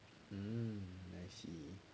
um I see